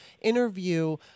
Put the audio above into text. interview